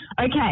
okay